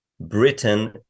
Britain